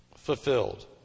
fulfilled